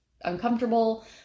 uncomfortable